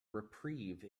reprieve